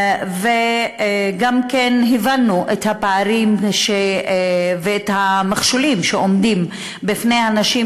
גם הבנו את הפערים ואת המכשולים שעומדים בפני הנשים,